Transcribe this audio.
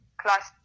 class